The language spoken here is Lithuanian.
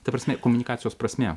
ta prasme komunikacijos prasmė